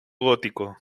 gótico